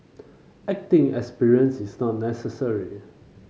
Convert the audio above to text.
acting experience is not necessary